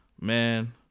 man